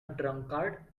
drunkard